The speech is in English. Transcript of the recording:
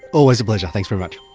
always a pleasure, thanks very much.